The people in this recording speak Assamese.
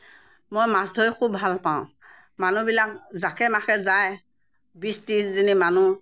মই মাছ ধৰি খুব ভাল পাওঁ মানুহবিলাক জাকে নাকে যায় বিছ ত্ৰিছজনী মানুহ